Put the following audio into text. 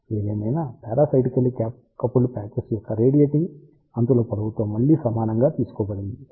ఏదేమైనా parasitically coupled patches యొక్క radiating అంచుల పొడవుతో మళ్ళీ సమానంగా తీసుకోబడింది కానీ 25